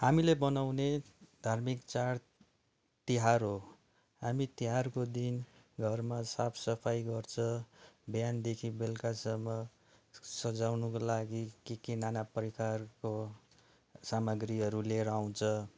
हामीले बनाउने धार्मिक चाड तिहार हो हामी तिहारको दिन घरमा साफ सफाइ गर्छ बिहानदेखि बेलुकासम्म सजाउनुको लागि के के नाना प्रकारको सामाग्रीहरू लिएर आउँछ